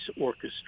orchestra